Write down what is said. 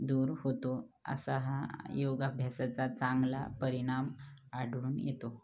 दूर होतो असा हा योगाभ्यासाचा चांगला परिणाम आढळून येतो